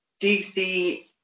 DC